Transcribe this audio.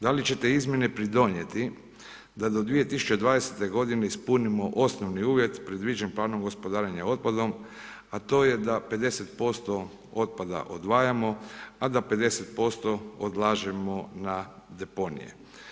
Da li će te izmjene pridonijeti da do 2020. godine ispunimo osnovni uvjet predviđen planom gospodarenja otpadom, a to je do 50% otpada odvajamo, a da 50% odlažemo na deponije.